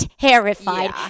terrified